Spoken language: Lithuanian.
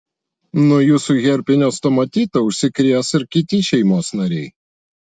nuo jūsų herpinio stomatito užsikrės ir kiti šeimos nariai